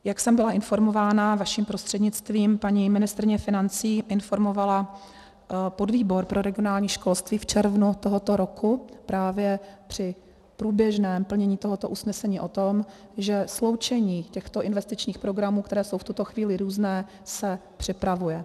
Jak jsem byla informována, vaším prostřednictvím, paní ministryně financí informovala podvýbor pro regionální školství v červnu tohoto roku právě při průběžném plnění tohoto usnesení o tom, že sloučení těchto investičních programů, které jsou v tuto chvíli různé, se připravuje.